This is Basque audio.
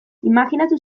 imajinatu